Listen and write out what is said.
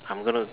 I'm gonna